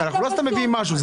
אנחנו לא סתם מביאים משהו.